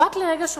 הוא רק לרגע שכח,